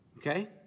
Okay